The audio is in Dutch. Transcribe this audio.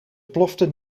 plofte